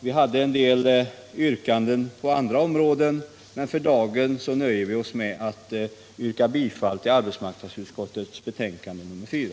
Vi hade en del yrkanden på andra områden, men för dagen nöjer vi oss med att yrka bifall till arbetsmarknadsutskottets hemställan i dess betänkande nr 4.